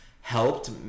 helped